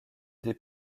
des